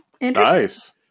nice